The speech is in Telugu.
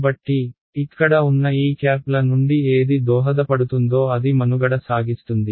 కాబట్టి ఇక్కడ ఉన్న ఈ క్యాప్ల నుండి ఏది దోహదపడుతుందో అది మనుగడ సాగిస్తుంది